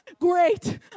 great